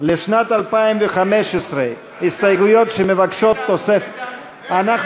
לשנת 2015, הסתייגויות שמבקשות, באיזה עמוד אתה?